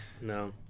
No